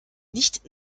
nicht